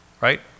right